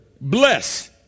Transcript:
bless